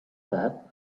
that